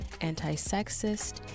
anti-sexist